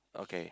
okay